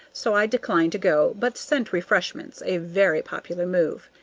so i declined to go, but sent refreshments, a very popular move.